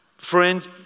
Friend